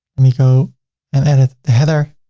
me go and edit the header.